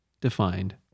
defined